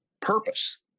purpose